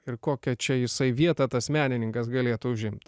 ir kokią čia jisai vietą tas menininkas galėtų užimt